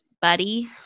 Buddy